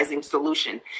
solution